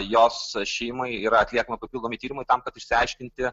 jos šeimai yra atliekami papildomi tyrimai tam kad išsiaiškinti